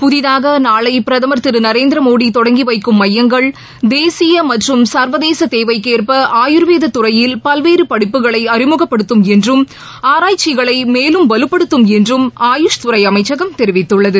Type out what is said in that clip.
புதிதாக நாளை பிரதமர் திரு நரேந்திரமோடி தொடங்கி வைக்கும் மையங்கள் தேசிய மற்றும் சர்வதேச தேவைக்கேற்ப ஆயுர்வேத துறையில் பல்வேறு படிப்புகளை அறிமுகப்படுத்தும் என்றும் ஆராய்ச்சிகளை மேலும் வலுப்படுத்தும் என்றும் ஆயுஷ்துறை அமைச்சகம் தெரிவித்துள்ளது